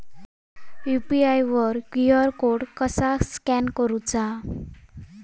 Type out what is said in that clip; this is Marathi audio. यू.पी.आय वर क्यू.आर कोड कसा स्कॅन करूचा?